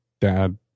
Dad